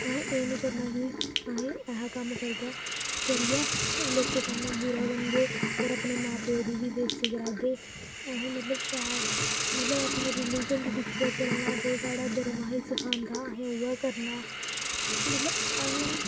अहें एह् निं करना की अहें ऐहा कम्म करगा करियै लोकें सामनै बुरा बनगे होर अपने मां प्योऽ दी बी बेस्ती करागे अहें मतलब शैल मतलब अपने रिलिजन गी दिक्खियै चलना जो साढ़ा धर्म अहें ई सखांदा अहें उ'ऐ करना मतलब अहें